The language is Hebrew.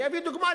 אני אביא דוגמה: